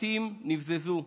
בתים נבזזו,